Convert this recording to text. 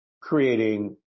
creating